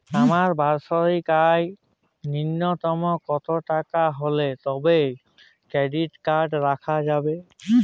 আমার বার্ষিক আয় ন্যুনতম কত হলে তবেই ক্রেডিট কার্ড রাখা যাবে?